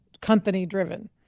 company-driven